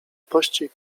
pościg